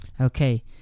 Okay